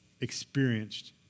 experienced